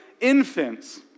infants